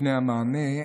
לפני המענה,